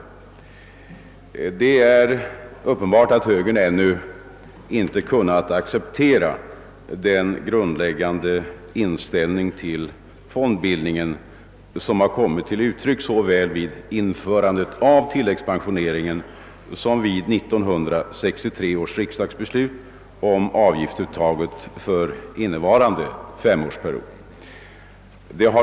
Det är uppenbart att högern ännu inte kunnat acceptera den grundläggande inställning till fondbildningen, som har kommit till uttryck såväl vid införandet av tilläggspensioneringen som vid 1963 års riksdagsbeslut om avgiftsuttaget för innevarande. femårsperiod.